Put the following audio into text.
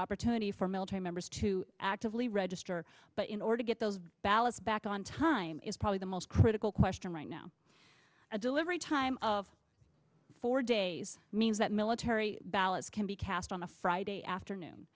opportunity for military members to actively register but in order to get those ballots back on time is probably the most critical question right now a delivery time of four days means that military ballots can be cast on a friday afternoon